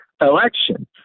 election